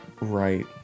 Right